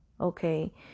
Okay